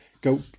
go